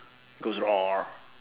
goes roar